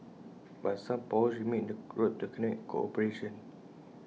but some potholes remain in the road to economic cooperation